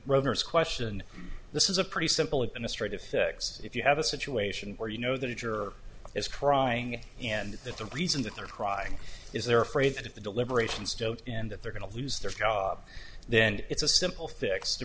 roberts question this is a pretty simple administrative fix if you have a situation where you know that a juror is crying and that the reason that they're crying is they're afraid that if the deliberations don't end that they're going to lose their job then it's a simple fix to